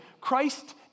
Christ